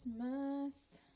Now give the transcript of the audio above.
Christmas